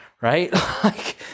Right